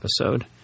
episode